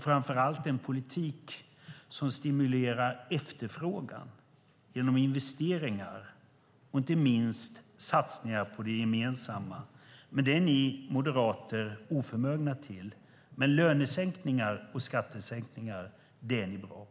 Framför allt krävs en politik som stimulerar efterfrågan genom investeringar och inte minst satsningar på det gemensamma. Det är ni moderater oförmögna till. Men lönesänkningar och skattesänkningar är ni bra på.